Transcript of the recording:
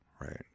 right